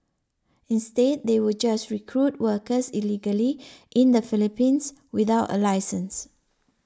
instead they will just recruit workers illegally in the Philippines without a licence